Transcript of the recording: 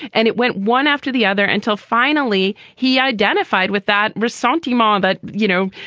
and it went one after the other until finally he identified with that rizzotti mom. but, you know,